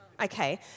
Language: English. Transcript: okay